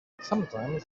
sometimes